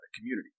community